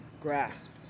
grasp